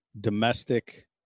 domestic